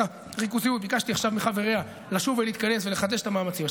ביקשתי עכשיו מחברי ועדת הריכוזיות לשוב ולהתכנס ולחדש את המאמצים.